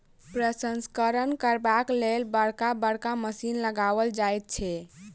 प्रसंस्करण करबाक लेल बड़का बड़का मशीन लगाओल जाइत छै